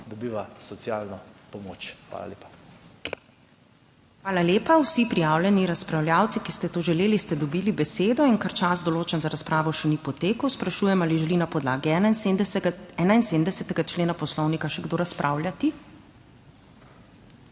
MAG. URŠKA KLAKOČAR ZUPANČIČ: Hvala lepa. Vsi prijavljeni razpravljavci, ki ste to želeli, ste dobili besedo. Ker čas, določen za razpravo, še ni potekel, sprašujem, ali želi na podlagi 71. člena Poslovnika še kdo razpravljati.